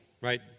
right